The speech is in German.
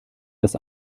das